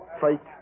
Fight